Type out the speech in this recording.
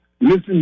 listen